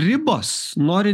ribos nori